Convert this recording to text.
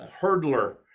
hurdler